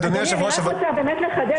אני רק רוצה באמת לחדד,